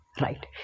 right